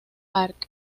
arq